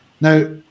Now